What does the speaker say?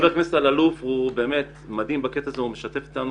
חבר הכנסת אלאלוף הוא באמת מדהים, הוא משתף איתנו